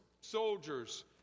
soldiers